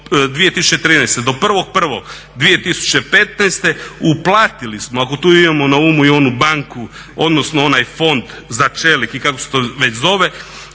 1.1.2015.uplatili smo ako tu imamo na umu i onu banku odnosno onaj fond za čelik i kako se to već zove,